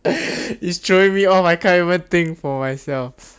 it's throwing me off I can't even think for myself